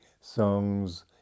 songs